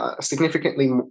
significantly